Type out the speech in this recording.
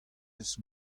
eus